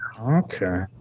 Okay